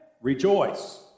Rejoice